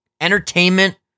entertainment